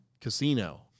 casino